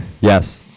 yes